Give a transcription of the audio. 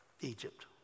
Egypt